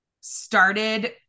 started